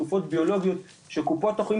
כמו תרופות ביולוגיות שחברות התרופות